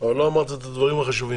אבל לא אמרת את הדברים החשובים.